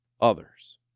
others